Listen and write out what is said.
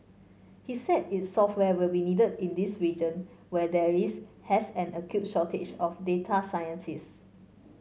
he said its software will be needed in this region where there is has an acute shortage of data scientists